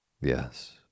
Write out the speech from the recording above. Yes